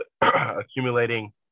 accumulating